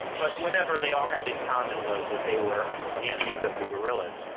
but whatever, they all had in common was that they were the enemies of the guerrillas.